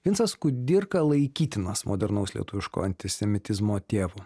vincas kudirka laikytinas modernaus lietuviško antisemitizmo tėvu